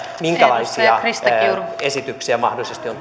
minkälaisia esityksiä mahdollisesti on